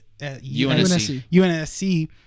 UNSC